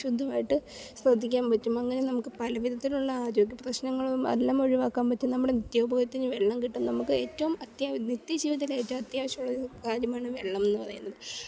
ശുദ്ധമായിട്ട് ശ്രദ്ധിക്കാൻ പറ്റും അങ്ങനെ നമുക്ക് പലവിധത്തിലുള്ള ആരോഗ്യ പ്രശ്നങ്ങളും എല്ലാം ഒഴിവാക്കാൻ പറ്റും നമ്മുടെ നിത്യോപയോഗത്തിനു വെള്ളം കിട്ടും നമുക്ക് ഏറ്റവും അത്യ നിത്യജീവിതത്തിലേറ്റവും അത്യാവശ്യമുള്ളൊരു കാര്യമാണ് വെള്ളമെന്നു പറയുന്നത്